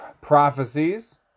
prophecies